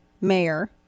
mayor